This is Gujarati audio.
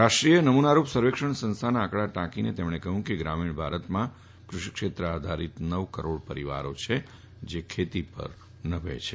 રાષ્ટ્રીય નમૂનારૂપ સર્વેક્ષણ સંસ્થાના આંકડા ટાંકીને તેમણે કહ્યું કે ગ્રામીણ ભારતમાં કૃષિ ક્ષેત્ર આધારીત નવ કરોડ પરિવારો છે જે ખેતી પર નભે છે